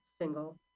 single